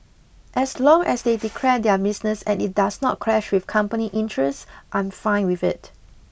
as long as they declare their business and it does not clash with company interests I'm fine with it